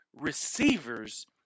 receivers